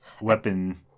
weapon